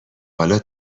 حالا